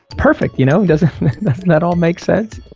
perfect! you know doesn't that all make sense?